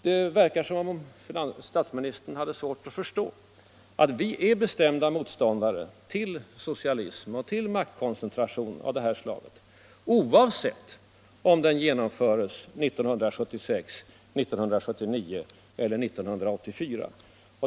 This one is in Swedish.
Det verkar som om statsministern hade svårt att förstå att vi är bestämda motståndare till socialism och till maktkoncentration av detta slag, oavsett om den genomförs 1976, 1979 eller 1984.